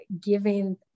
giving